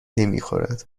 نمیخورد